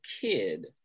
kid